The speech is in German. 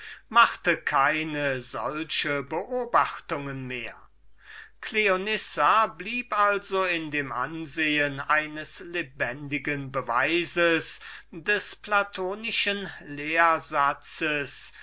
machte keine solche beobachtungen mehr cleonissa blieb also in dem ansehen eines lebendigen beweises des platonischen lehrsatzes